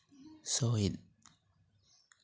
ᱥᱚᱦᱤᱛ